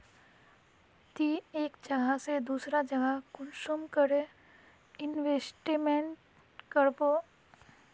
ती एक जगह से दूसरा जगह कुंसम करे इन्वेस्टमेंट करबो?